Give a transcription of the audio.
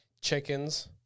chickens